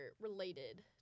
related